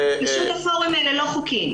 הפורומים האלה לא חוקיים.